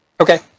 Okay